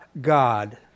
God